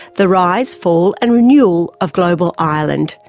the rise, fall, and renewal of global ireland.